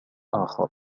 آخر